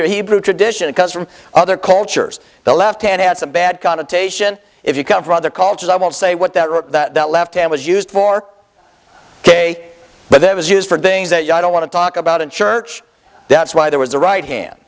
hebrew tradition because from other cultures the left hand had some bad connotation if you come from other cultures i won't say what that that left hand was used for ok but it was used for things that you don't want to talk about in church that's why there was a right hand